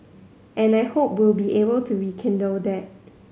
and I hope we'll be able to rekindle that